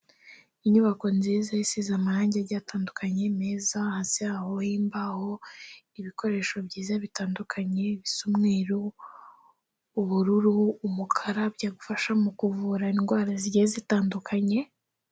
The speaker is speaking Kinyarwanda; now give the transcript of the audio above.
Inyubako nziza isize amarangi agiye atandukanye meza, hasi haho h'imbaho, ibikoresho byiza bitandukanye bisa umweru, ubururu, umukara, byagufasha mu kuvura indwara zigiye zitandukanye.